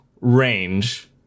range